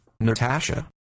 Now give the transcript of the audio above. Natasha